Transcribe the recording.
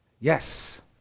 Yes